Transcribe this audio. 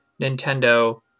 Nintendo